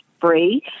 free